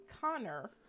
Connor